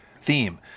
theme